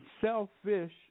selfish